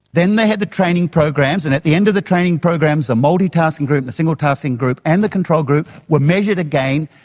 then they had the training programs, and at the end of the training programs the multitasking group the single tasking group and the control group were measured again,